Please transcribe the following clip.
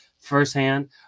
firsthand